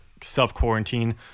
self-quarantine